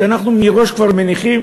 כי אנחנו מראש כבר מניחים